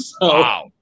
Wow